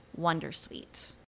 Wondersuite